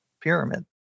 pyramid